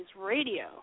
Radio